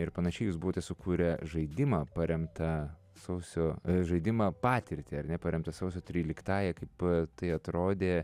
ir panašiai jūs buvote sukūrę žaidimą paremtą sausio žaidimą patirtį ar ne paremtą sausio tryliktąja kaip tai atrodė